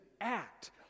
act